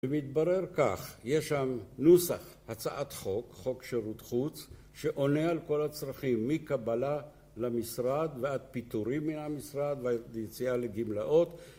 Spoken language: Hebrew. ומתברר כך, יש שם נוסח, הצעת חוק, חוק שירות חוץ שעונה על כל הצרכים, מקבלה למשרד ועד פיטורים מהמשרד ויציאה לגמלאות